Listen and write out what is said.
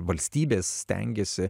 valstybės stengiasi